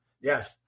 Yes